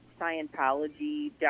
Scientology